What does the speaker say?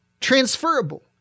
transferable